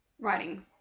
writing